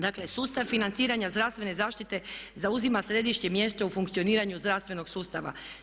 Dakle sustav financiranja zdravstvene zaštite zauzima središnje mjesto u funkcioniranju zdravstvenog sustava.